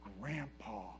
grandpa